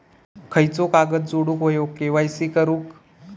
खयचो कागद जोडुक होयो के.वाय.सी करूक?